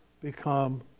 become